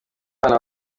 abana